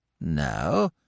No